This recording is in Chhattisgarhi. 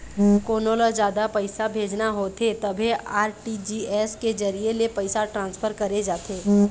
कोनो ल जादा पइसा भेजना होथे तभे आर.टी.जी.एस के जरिए ले पइसा ट्रांसफर करे जाथे